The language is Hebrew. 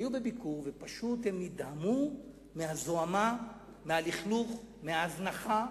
והם פשוט נדהמו מהזוהמה, מהלכלוך, מההזנחה.